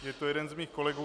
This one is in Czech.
Je to jeden z mých kolegů.